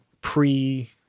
pre